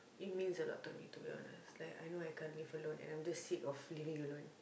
it means a lot to be to be honest I know I can't live alone and I'm just sick of living alone